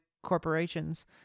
corporations